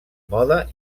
moda